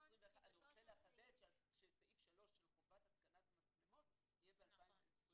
--- אני רוצה לחדד שסעיף 3 של חובת התקנת מצלמות יהיה ב-2021.